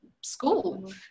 school